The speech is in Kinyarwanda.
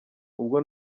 ubwo